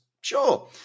Sure